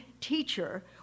teacher